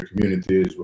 communities